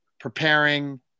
preparing